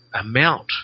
amount